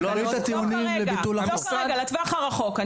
לא כרגע, לטווח הרחוק.